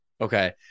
Okay